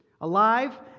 alive